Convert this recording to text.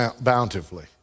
bountifully